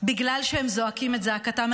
בגלל שהן זועקות את זעקתן.